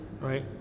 Right